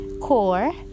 core